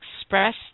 express